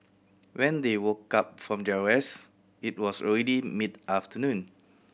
when they woke up from their rest it was already mid afternoon